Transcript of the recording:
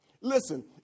Listen